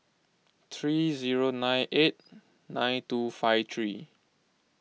three zero nine eight nine two five three